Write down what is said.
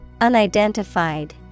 Unidentified